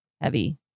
heavy